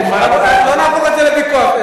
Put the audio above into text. לא נהפוך את זה לוויכוח,